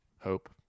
Hope